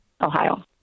Ohio